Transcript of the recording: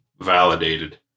validated